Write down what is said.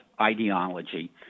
ideology